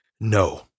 No